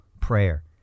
prayer